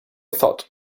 thought